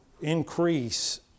increase